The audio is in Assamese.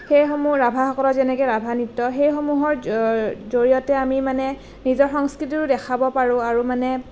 সেইসমূহ ৰাভাসকলৰ যেনেকৈ ৰাভা নৃত্য সেইসমূহৰ জড়িয়তে আমি মানে নিজৰ সংস্কৃতিটো দেখাব পাৰোঁ আৰু মানে